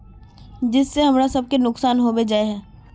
जिस से हमरा सब के नुकसान होबे जाय है?